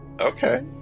Okay